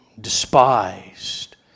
despised